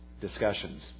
discussions